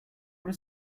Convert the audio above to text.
does